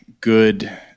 good